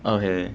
okay